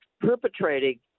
perpetrating